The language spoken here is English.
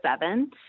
seven